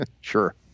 Sure